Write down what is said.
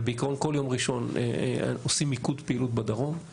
אבל בעיקרון כל יום ראשון עושים מיקוד פעילות בדרום.